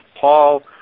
Paul